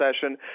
session